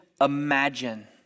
imagine